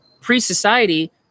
pre-society